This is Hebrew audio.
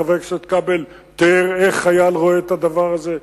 חבר הכנסת כבל תיאר איך חייל רואה את הדבר הזה,